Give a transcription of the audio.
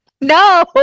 No